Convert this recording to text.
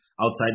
outside